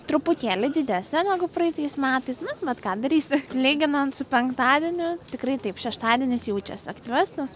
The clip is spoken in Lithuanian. truputėlį didesnė negu praeitais metais na bet ką darysi lyginant su penktadieniu tikrai taip šeštadienis jaučiasi aktyvesnis